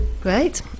Great